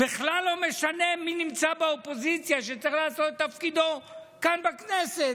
בכלל לא משנה מי נמצא באופוזיציה שצריך לעשות את תפקידו כאן בכנסת,